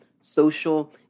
social